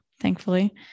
thankfully